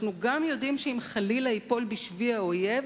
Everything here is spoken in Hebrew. אנחנו גם יודעים שאם חלילה ייפול בשבי האויב,